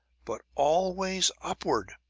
but always upward!